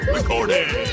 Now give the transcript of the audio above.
Recording